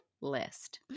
List